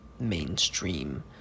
mainstream